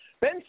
Ben